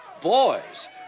Boys